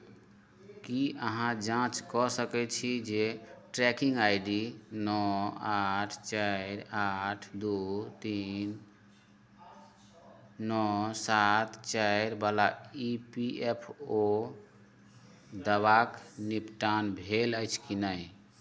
की अहाँ जाँच कऽ सकैत छी जे ट्रैकिंग आइ डी नओ आठ चारि आठ दू तीन नओ सात चारिवला ई पी एफ ओ दावाक निपटान भेल अछि कि नहि